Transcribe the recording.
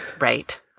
Right